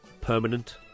permanent